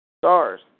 Stars